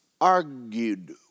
argued